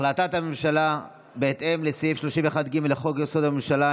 החלטת הממשלה בהתאם לסעיף 31(ג) לחוק-יסוד: הממשלה,